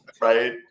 Right